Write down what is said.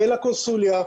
אל הקונסוליה,